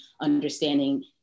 understanding